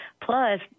Plus